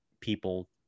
people